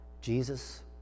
Jesus